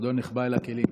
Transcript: כבודו נחבא אל הכלים.